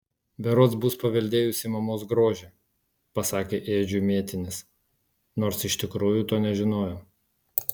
berods bus paveldėjusi mamos grožį pasakė edžiui mėtinis nors iš tikrųjų to nežinojo